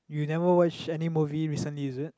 you never watch any movie recently is it